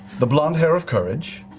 the blond hair of courage.